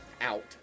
out